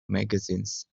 magazines